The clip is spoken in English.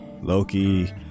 Loki